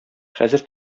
хәзер